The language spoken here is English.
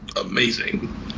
amazing